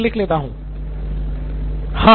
professor हाँ